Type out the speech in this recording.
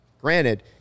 Granted